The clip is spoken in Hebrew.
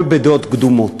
הכול בדעות קדומות.